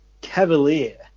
cavalier